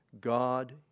God